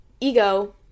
ego